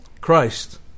Christ